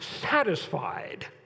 satisfied